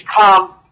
come